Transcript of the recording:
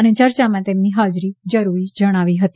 અને ચર્ચામાં તેમની હાજરી જરૂરી ગણાવી હતી